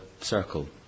circle